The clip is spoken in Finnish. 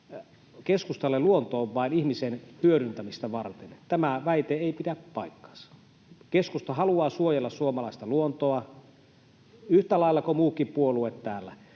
keskustalle luonto on vain ihmisen hyödyntämistä varten. Tämä väite ei pidä paikkaansa. Keskusta haluaa suojella suomalaista luontoa yhtä lailla kuin muutkin puolueet täällä.